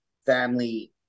family